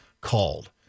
called